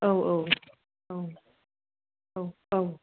औ औ औ औ औ